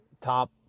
top